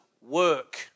work